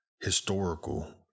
historical